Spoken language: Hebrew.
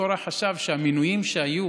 שקורח חשב שהמינויים שהיו